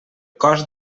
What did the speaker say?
cost